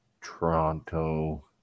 Toronto